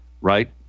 right